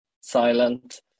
silent